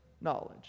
knowledge